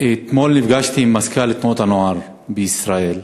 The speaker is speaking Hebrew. אתמול נפגשתי עם מזכ"ל תנועות הנוער בישראל,